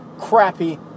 crappy